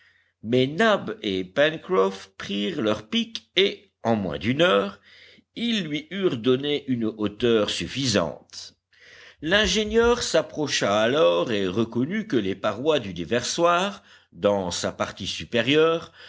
mais nab et pencroff prirent leur pic et en moins d'une heure ils lui eurent donné une hauteur suffisante l'ingénieur s'approcha alors et reconnut que les parois du déversoir dans sa partie supérieure